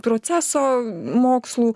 proceso mokslų